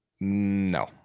no